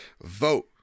vote